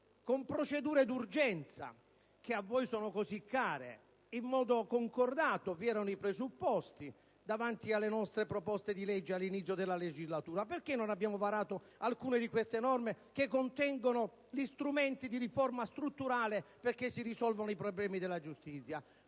con procedura d'urgenza (che a voi è così cara), in modo concordato (ve ne erano i presupposti, davanti alle nostre proposte di legge, all'inizio della legislatura) alcune di queste norme che contengono gli strumenti di riforma strutturale affinché si potessero risolvere i problemi della giustizia.